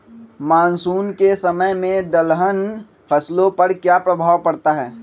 Monsoon के समय में दलहन फसलो पर क्या प्रभाव पड़ता हैँ?